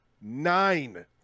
Nine